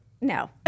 No